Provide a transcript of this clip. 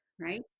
right